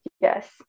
yes